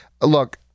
Look